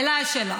אליי השאלה.